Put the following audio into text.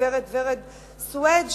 הגברת ורד סוויד,